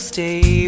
Stay